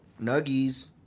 nuggies